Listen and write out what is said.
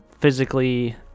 physically